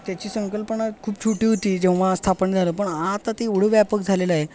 त्याची संकल्पना खूप छोटी होती जेव्हा स्थापन झालं पण आता ते एवढं व्यापक झालेलं आहे